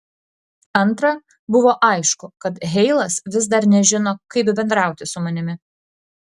antra buvo aišku kad heilas vis dar nežino kaip bendrauti su manimi